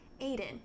Aiden